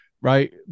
right